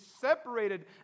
separated